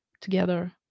together